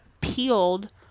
peeled